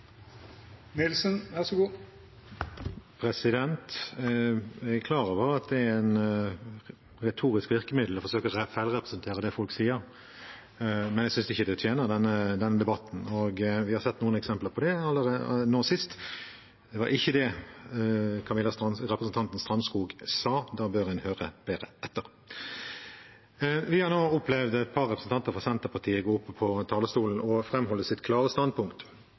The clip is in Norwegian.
Jeg er klar over at det er et retorisk virkemiddel å forsøke å feilsitere det folk sier, men jeg synes ikke det tjener denne debatten. Vi har sett noen eksempler på det – nå sist. Det var ikke det representanten Strandskog sa. Da bør en høre bedre etter. Vi har nå opplevd et par representanter fra Senterpartiet gå opp på talerstolen og framholde sitt klare standpunkt.